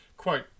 Quote